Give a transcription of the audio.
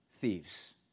thieves